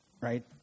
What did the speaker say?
right